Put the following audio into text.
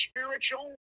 spiritual